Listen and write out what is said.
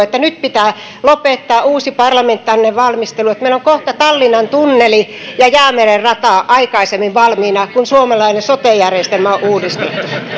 että nyt pitää lopettaa uusi parlamentaarinen valmistelu että meillä on kohta tallinnan tunneli ja jäämeren rata aikaisemmin valmiina kuin suomalaisen sote järjestelmän uudistus